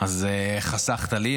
אז חסכת לי.